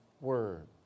Word